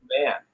man